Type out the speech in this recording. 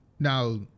Now